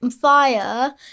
fire